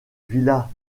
villa